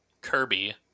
Kirby